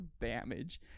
damage